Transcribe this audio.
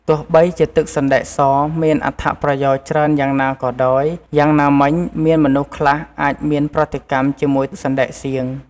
ទោះបីជាទឹកសណ្តែកសមានអត្ថប្រយោជន៍ច្រើនយ៉ាងណាក៏ដោយ យ៉ាងណាមិញ មានមនុស្សខ្លះអាចមានប្រតិកម្មជាមួយសណ្តែកសៀង។